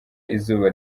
izuba